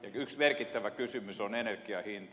yksi merkittävä kysymys on energian hinta